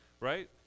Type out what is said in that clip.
Right